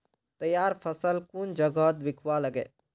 तैयार फसल कुन जगहत बिकवा लगे?